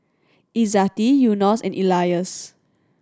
Izzati Yunos and Elyas